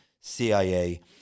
CIA